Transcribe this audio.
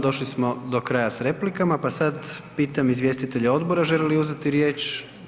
Došli smo do kraja s replikama pa sad pitam izvjestitelja odbora želi li uzeti riječ?